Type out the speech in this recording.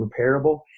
repairable